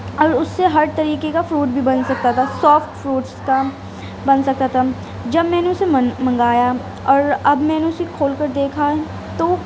اور اس سے ہر طریقے کا فروٹ بھی بن سکتا تھا سافٹ فروٹس کا بن سکتا تھا جب میں نے اسے من منگایا اور اب میں نے اسے کھول کر دیکھا ہے تو